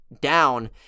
down